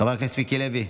חבר הכנסת מיקי לוי,